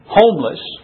homeless